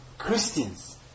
Christians